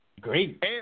Great